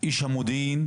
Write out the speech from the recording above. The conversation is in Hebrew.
איש המודיעין,